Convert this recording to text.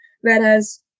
Whereas